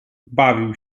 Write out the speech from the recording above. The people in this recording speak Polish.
bawił